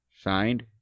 Signed